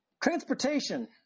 Transportation